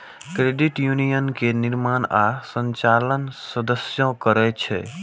credit union के निर्माण आ संचालन सदस्ये करै छै